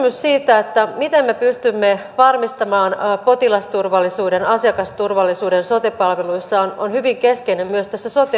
kysymys siitä miten me pystymme varmistamaan potilasturvallisuuden asiakasturvallisuuden sote palveluissa on hyvin keskeinen myös tässä sote uudistuksessa